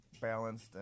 balanced